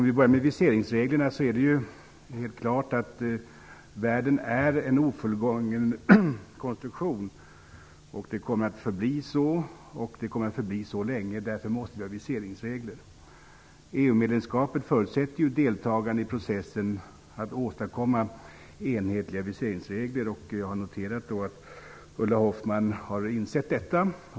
I fråga om viseringsreglerna är det klart att världen är en ofullgången konstruktion. Den kommer att förbli så länge. Därför måste det finnas viseringsregler. EU-medlemskapet förutsätter deltagande i processen att åstadkomma enhetliga viseringsregler. Jag har noterat att Ulla Hoffman har insett detta.